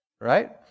right